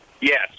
Yes